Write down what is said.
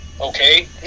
okay